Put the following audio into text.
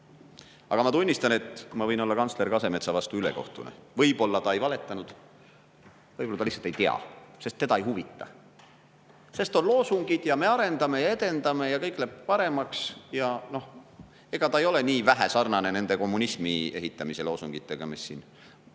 ma tunnistan, et ma võin olla kantsler Kasemetsa vastu ülekohtune. Võib-olla ta ei valetanud. Võib-olla ta lihtsalt ei tea, sest teda ei huvita. Sest on loosungid ja me arendame ja edendame ja kõik läheb paremaks. Ega ta ei olegi nii vähe sarnane kommunismi ehitamise loosungitega, mis